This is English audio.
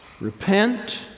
Repent